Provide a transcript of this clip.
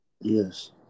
Yes